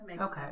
Okay